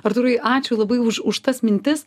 artūrai ačiū labai už už tas mintis